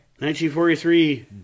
1943